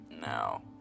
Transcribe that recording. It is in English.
Now